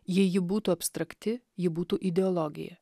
jei ji būtų abstrakti ji būtų ideologija